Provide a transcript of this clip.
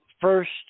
first